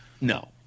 No